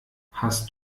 hast